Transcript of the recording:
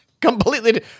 Completely